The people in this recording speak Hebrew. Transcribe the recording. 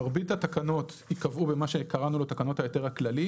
מרבית התקנות ייקבעו במה שקראנו לו "תקנות ההיתר הכללי"